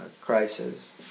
crisis